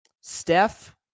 Steph